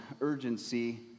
urgency